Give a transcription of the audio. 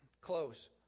close